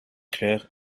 clair